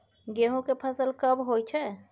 गेहूं के फसल कब होय छै?